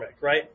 right